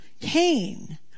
Cain